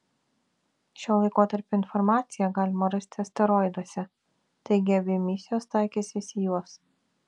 šio laikotarpio informaciją galima rasti asteroiduose taigi abi misijos taikysis į juos